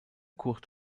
kurt